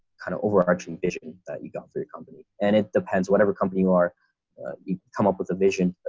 kind of overarching vision that you got for your company, and it depends whatever company you are, you come up with a vision,